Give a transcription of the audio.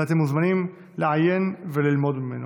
ואתם מוזמנים לעיין וללמוד ממנו.